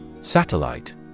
Satellite